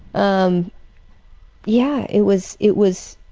um yeah, it was, it was,